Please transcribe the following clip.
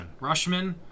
Rushman